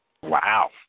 Wow